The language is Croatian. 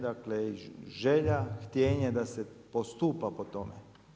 Dakle, želja, htijenje da se postupa po tome.